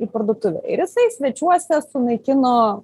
į parduotuvę ir jisai svečiuose sunaikino